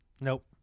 Nope